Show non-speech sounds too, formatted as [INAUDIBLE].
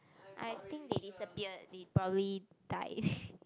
I think they disappeared they probably died [LAUGHS]